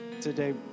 today